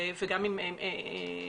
וגם עם מכורים,